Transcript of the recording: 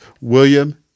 William